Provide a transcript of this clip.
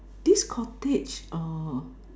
this cottage uh